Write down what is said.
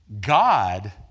God